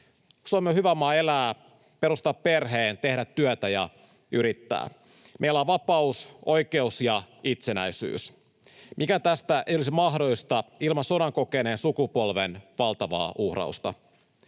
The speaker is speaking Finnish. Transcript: Suomi on hyvä maa elää, perustaa perhe, tehdä työtä ja yrittää. Meillä on vapaus, oikeus ja itsenäisyys. Mikään tästä ei olisi mahdollista ilman sodan kokeneen sukupolven valtavaa uhrausta.